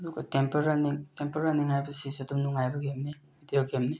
ꯑꯗꯨꯒ temple running temple running ꯍꯥꯏꯕꯁꯤꯁꯨ ꯑꯗꯨꯝ ꯅꯨꯡꯉꯥꯡꯏꯕ ꯒꯦꯝꯅꯤ ꯚꯤꯗꯤꯑꯣ ꯒꯦꯝꯅꯤ